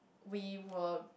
we were